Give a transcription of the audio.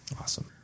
Awesome